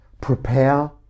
Prepare